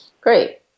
Great